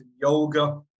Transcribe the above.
yoga